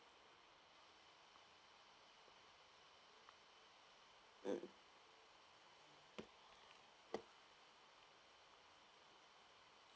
mm